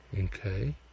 Okay